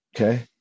okay